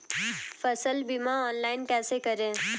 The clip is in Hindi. फसल बीमा ऑनलाइन कैसे करें?